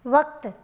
वक़्तु